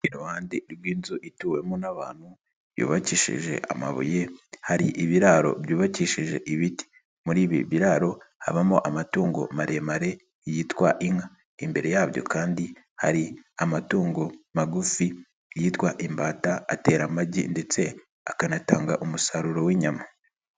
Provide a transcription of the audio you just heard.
Iruhande rw'inzu ituwemo n'abantu, yubakishije amabuye hari ibiraro byubakishije ibiti, muri ibi biraro habamo amatungo maremare yitwa inka, imbere yabyo kandi hari amatungo magufi yitwa imbata atera amagi ndetse akanatanga umusaruro w'inyama.